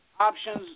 Options